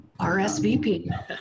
RSVP